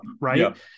Right